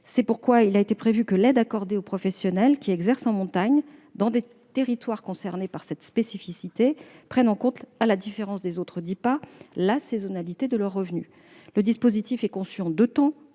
C'est pourquoi il a été prévu que l'aide accordée aux professionnels qui exercent en montagne, dans des territoires concernés par cette spécificité, prenne en compte, à la différence des autres DIPA, la saisonnalité de leurs revenus. Le dispositif est conçu en deux temps.